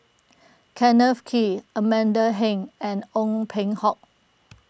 Kenneth Kee Amanda Heng and Ong Peng Hock